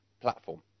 platform